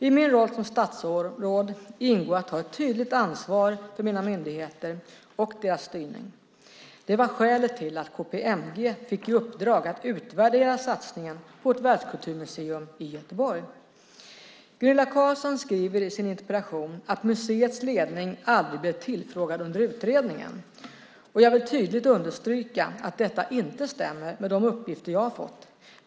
I min roll som statsråd ingår att ta ett tydligt ansvar för mina myndigheter och deras styrning. Det var skälet till att KPMG fick i uppdrag att utvärdera satsningen på ett världskulturmuseum i Göteborg. Gunilla Carlsson skriver i sin interpellation att museets ledning aldrig blev tillfrågad under utredningen. Jag vill tydligt understryka att detta inte stämmer med de uppgifter jag har fått.